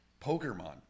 Pokemon